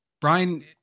Brian